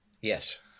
Yes